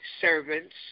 servants